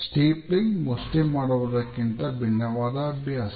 stapling ಮುಷ್ಟಿ ಮಾಡುವುದಕ್ಕಿಂತ ಭಿನ್ನವಾದ ಅಭ್ಯಾಸ